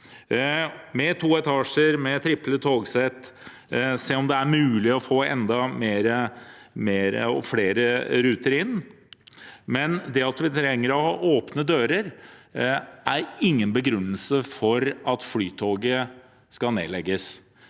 med to etasjer, med triple togsett, se om det er mulig å få enda flere ruter inn – men det at vi trenger å ha åpne dører, er ingen begrunnelse for at Flytoget skal nedlegges,